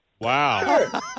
Wow